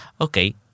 Okay